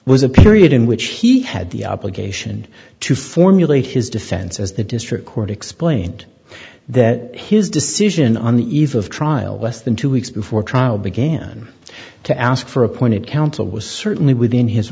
a period in which he had the obligation to formulate his defense as the district court explained that his decision on the eve of trial less than two weeks before trial began to ask for appointed counsel was certainly within his